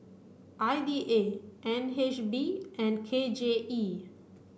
I D A N H B and K J E